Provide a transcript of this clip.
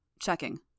Checking